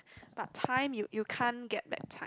but time you you can't get back time